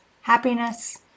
happiness